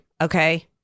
okay